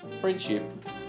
friendship